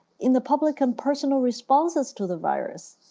in the public and personal responses to the virus,